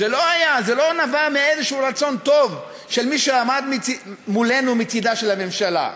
זה לא נבע מאיזשהו רצון טוב של מי שעמד מולנו מצדה של הממשלה.